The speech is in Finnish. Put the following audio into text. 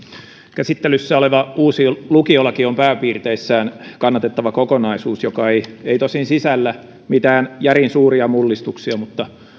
käsittelyssä oleva uusi lukiolaki on pääpiirteissään kannatettava kokonaisuus joka ei ei tosin sisällä mitään järin suuria mullistuksia mutta